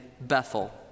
Bethel